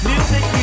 Music